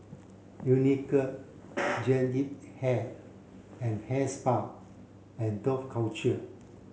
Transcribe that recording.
Unicurd Jean Yip Hair and Hair Spa and Dough Culture